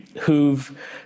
who've